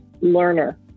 learner